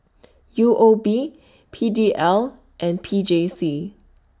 U O B P D L and P J C